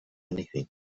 anything